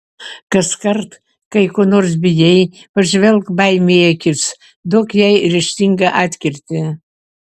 kaskart kai ko nors bijai pažvelk baimei į akis duok jai ryžtingą atkirtį